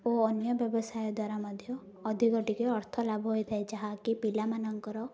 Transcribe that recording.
ଓ ଅନ୍ୟ ବ୍ୟବସାୟ ଦ୍ୱାରା ମଧ୍ୟ ଅଧିକ ଟିକେ ଅର୍ଥ ଲାଭ ହୋଇଥାଏ ଯାହାକି ପିଲାମାନଙ୍କର